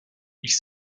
ils